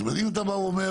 זאת אומרת, אם אתה בא ואומר,